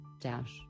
Dash